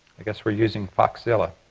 i guess we're using foxzilla.